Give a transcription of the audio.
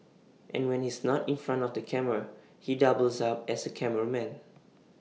and when he's not in front of the camera he doubles up as A cameraman